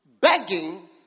begging